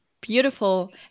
Beautiful